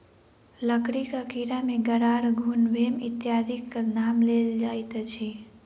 लकड़ीक कीड़ा मे गरार, घुन, भेम इत्यादिक नाम लेल जाइत अछि